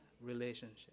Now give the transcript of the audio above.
relationship